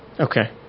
okay